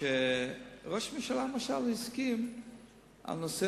למשל שראש הממשלה הסכים על נושא